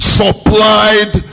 supplied